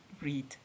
read